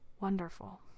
wonderful